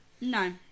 No